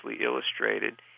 illustrated